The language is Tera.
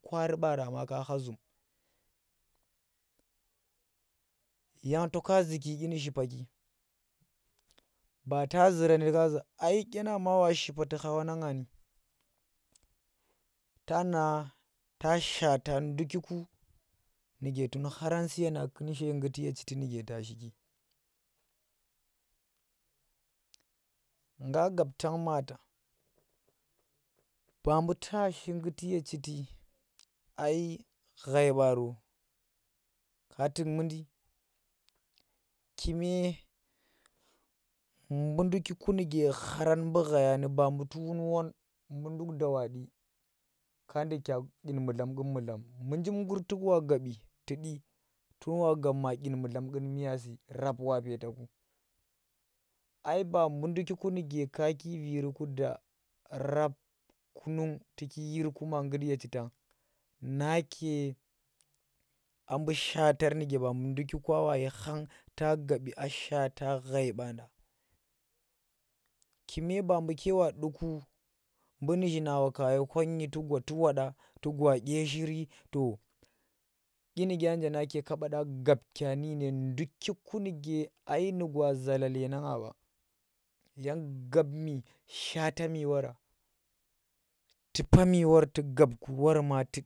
Kwaari baara ka kha zum yang to ka zuki dyinu shipaki ba ta zurani ka zuza ai nyenna ma wa shipa tu kha wanang ni tana ta shaata ndukiku nuke tun kharang suye nang tun ngguti ye chiti nuke ta shiki ngga gab tan maata ba buu tashi ngguti ye chiti ai ghai baaro ka tuk mundi kume mbuu ndukiku nuke kharan mbuu ghaiya ni ba mbuu tun won nduk da wa ɗi̱ ka duk ndik dying mulam dgum mulam buu njim ngur tuk wa gabi tuk tun wa gab ma dyin mulamgum maasi rap wa peetaku ai ba buu ndukiku nuke ka peetaki ma yirku da rap, kunnung tu yir ku ma ngghti ye chitan nake a mbuu shatar nuke ba buu ndukiku kwa washi khang ta gabbi aa shaata ghai ɓa nda kume ba buke wa duku buu nyshina wa ka kondyi tu wada tu gwa dye shiri to dyinuke nake kaɓa da gab kya nu dyinuke ndukiku nuke ai nugwa nu gwa zalale na ngan ɓa yang gabmi shaatami waara tupami wor tu gab ku worma tuk.